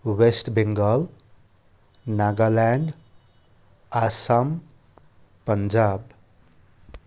West Bengal Nagaland Assam Punjab